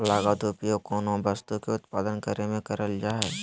लागत उपयोग कोनो वस्तु के उत्पादन करे में करल जा हइ